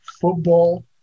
football